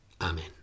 Amen